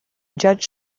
judge